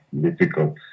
difficult